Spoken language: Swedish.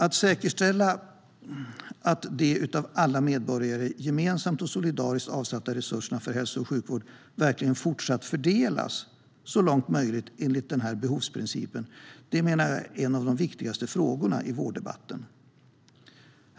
Att säkerställa att de av alla medborgare gemensamt och solidariskt avsatta resurserna för hälso och sjukvård verkligen fortsatt fördelas så långt som det är möjligt enligt den här behovsprincipen menar jag är en av de viktigaste frågorna i vårddebatten.